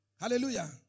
Hallelujah